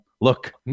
look